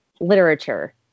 literature